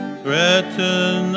threaten